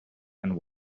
and